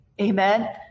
amen